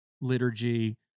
liturgy